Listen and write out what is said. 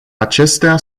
acestea